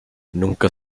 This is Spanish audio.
nunca